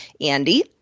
Andy